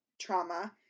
trauma